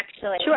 Sure